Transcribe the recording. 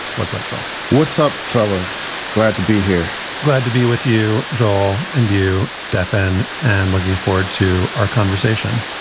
what's up, joel? what's up, fellas? glad to be here glad to be with you, joel. and you, stefan. and looking forward to our conversation.